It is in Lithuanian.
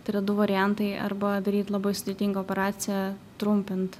tai yra du variantai arba daryt labai sudėtingą operaciją trumpint